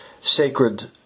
sacred